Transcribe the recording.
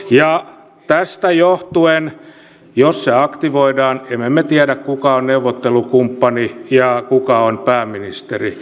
ja tästä johtuen jos se aktivoidaan me emme tiedä kuka on neuvottelukumppani ja kuka on pääministeri